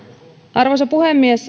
arvoisa puhemies